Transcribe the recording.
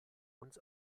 uns